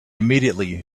immediately